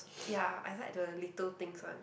ya I like the little things one